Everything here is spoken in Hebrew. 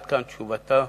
עד כאן תשובתו